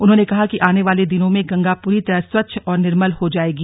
उन्होंने कहा कि आने वाले दिनों में गंगा पूरी तरह स्वच्छ और निर्मल हो जाएगी